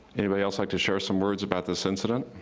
anybody else like to share some words about this incident?